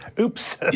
Oops